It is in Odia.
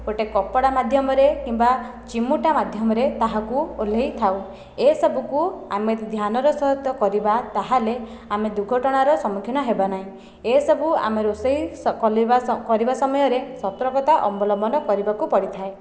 ଗୋଟିଏ କପଡ଼ା ମାଧ୍ୟମରେ କିମ୍ବା ଚିମୁଟା ମାଧ୍ୟମରେ ତାହାକୁ ଓହ୍ଲାଇ ଥାଉ ଏସବୁକୁ ଆମେ ଧ୍ୟାନର ସହିତ କରିବା ତାହେଲେ ଆମେ ଦୁର୍ଘଟଣାର ସମ୍ମୁଖୀନ ହେବା ନାହିଁ ଏସବୁ ଆମେ ରୋଷେଇ କରିବା କରିବା ସମୟରେ ସତର୍କତା ଅବଲମ୍ବନ କରିବାକୁ ପଡ଼ିଥାଏ